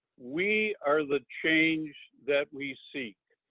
we are the change that we seek.